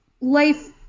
life